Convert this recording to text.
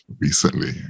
recently